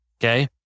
okay